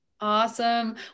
Awesome